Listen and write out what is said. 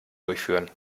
durchführen